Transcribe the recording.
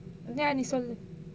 எதையா நீ சொல்லு:ethaiyaa nee sollu